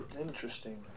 Interesting